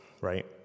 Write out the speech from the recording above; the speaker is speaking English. right